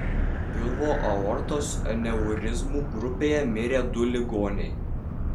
pilvo aortos aneurizmų grupėje mirė du ligoniai